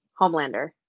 Homelander